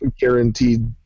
guaranteed